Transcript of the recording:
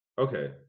Okay